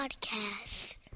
Podcast